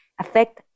affect